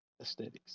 aesthetics